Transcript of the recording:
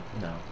No